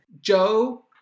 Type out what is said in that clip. Joe